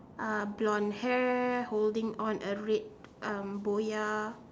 uh blonde hair holding on a red um boya